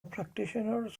practitioners